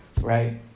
right